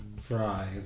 Fries